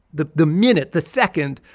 the the minute, the second,